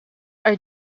are